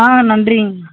ஆ நன்றிங்க